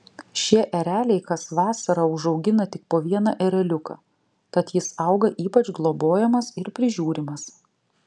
šie ereliai kas vasarą užaugina tik po vieną ereliuką tad jis auga ypač globojamas ir prižiūrimas